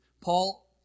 Paul